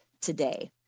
today